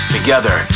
Together